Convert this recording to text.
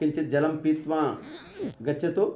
किञ्चित् जलं पीत्वा गच्छतु